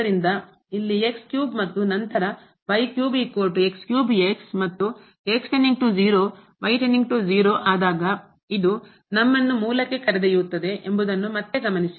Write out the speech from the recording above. ಆದ್ದರಿಂದ ಇಲ್ಲಿ ಮತ್ತು ನಂತರ ಮತ್ತು ಆದಾಗ ಇದು ನಮ್ಮನ್ನು ಮೂಲಕ್ಕೆ ಕರೆದೊಯ್ಯುತ್ತದೆ ಎಂಬುದನ್ನು ಮತ್ತೆ ಗಮನಿಸಿ